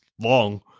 long